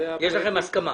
יש לכם הסכמה.